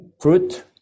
Fruit